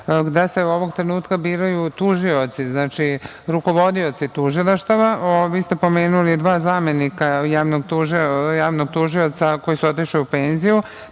gde se ovog trenutka biraju tužioci, znači, rukovodioci tužilaštava. Vi ste pomenuli dva zamenika javnog tužioca koji su otišli u penziju.